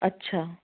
अच्छा